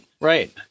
Right